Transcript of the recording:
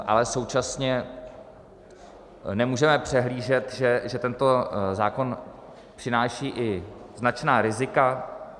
Ale současně nemůžeme přehlížet, že tento zákon přináší i značná rizika.